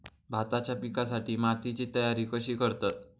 भाताच्या पिकासाठी मातीची तयारी कशी करतत?